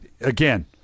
Again